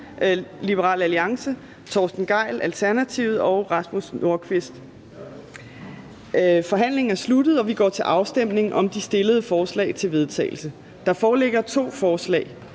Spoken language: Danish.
Fjerde næstformand (Trine Torp): Forhandlingen er sluttet, og vi går til afstemning om de stillede forslag til vedtagelse. Der foreligger to forslag.